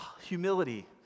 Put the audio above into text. humility